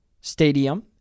stadium